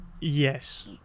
Yes